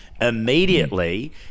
immediately